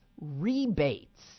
rebates